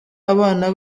abana